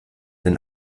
den